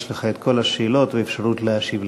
יש לך כל השאלות ואפשרות להשיב לכולם.